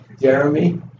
Jeremy